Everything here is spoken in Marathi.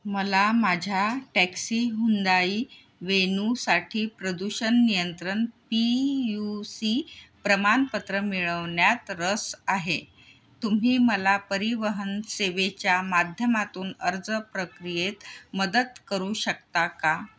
मला माझ्या टॅक्सी हुंदाई वेनूसाठी प्रदूषण नियंत्रण पी यू सी प्रमाणपत्र मिळवण्यात रस आहे तुम्ही मला परिवहन सेवेच्या माध्यमातून अर्ज प्रक्रियेत मदत करू शकता का